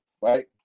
right